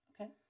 okay